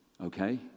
okay